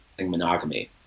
monogamy